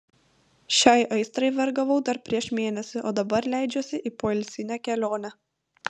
šiai aistrai vergavau dar prieš mėnesį o dabar leidžiuosi į poilsinę kelionę